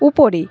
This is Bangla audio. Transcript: উপরে